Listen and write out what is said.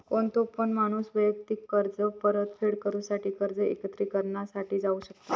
कोणतो पण माणूस वैयक्तिक कर्ज परतफेड करूसाठी कर्ज एकत्रिकरणा साठी जाऊ शकता